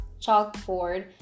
chalkboard